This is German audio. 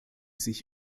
sich